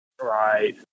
Right